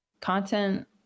content